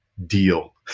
deal